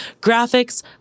graphics